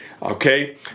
Okay